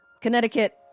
Connecticut